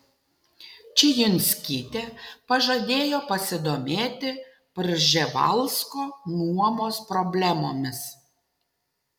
čijunskytė pažadėjo pasidomėti prževalsko nuomos problemomis